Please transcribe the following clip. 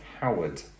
Howard